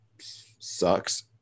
sucks